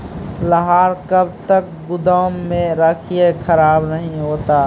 लहार कब तक गुदाम मे रखिए खराब नहीं होता?